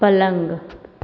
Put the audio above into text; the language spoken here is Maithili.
पलङ्ग